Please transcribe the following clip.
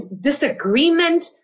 disagreement